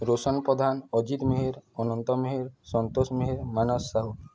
Roshan Pradhan Ajit Meher Anant Meher Santosh Meher Manas Sahu